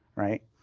right?